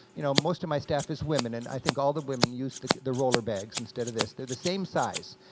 you know, most of my staff is women and i think all the women use the roller bags instead of this, they're the same size,